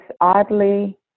oddly